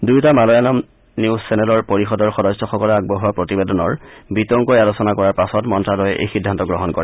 দুয়োটা মালায়ালম নিউজ চেনেলৰ পৰিয়দৰ সদস্যসকলে আগবঢ়োৱা প্ৰতিবেদনৰ বিতংকৈ আলোচনা কৰাৰ পাছতে মন্ন্যালয়ে এই সিদ্ধান্ত গ্ৰহণ কৰে